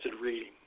reading